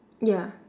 ya